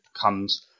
comes